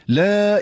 la